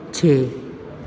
ਛੇ